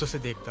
today